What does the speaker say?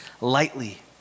lightly